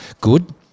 good